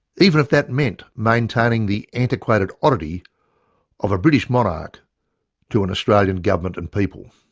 even if that meant maintaining the antiquated oddity of a british monarch to an australian government and people.